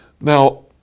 Now